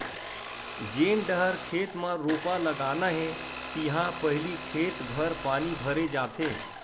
जेन डहर खेत म रोपा लगाना हे तिहा पहिली खेत भर पानी भरे जाथे